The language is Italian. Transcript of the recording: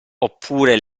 oppure